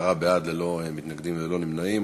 כן, עשרה בעד, ללא מתנגדים וללא נמנעים.